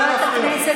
אני מבקש לא להפריע לי.